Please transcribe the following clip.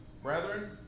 Brethren